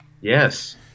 Yes